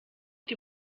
die